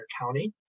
county